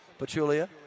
Pachulia